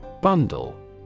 Bundle